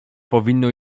powinno